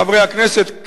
חברי הכנסת,